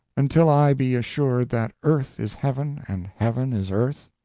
until i be assured that earth is heaven and heaven is earth.